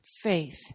faith